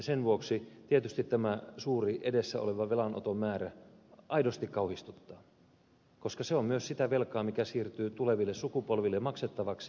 sen vuoksi tietysti tämä suuri edessä oleva velanoton määrä aidosti kauhistuttaa koska se on myös sitä velkaa mikä siirtyy tuleville sukupolville maksettavaksi